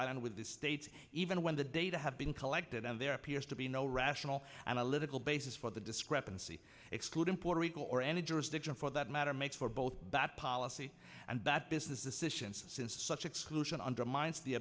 island with the state even when the data have been collected and there appears to be no rational analytical basis for the discrepancy excluding puerto rico or any jurisdiction for that matter makes for both bad policy and bad business decisions since such exclusion undermines the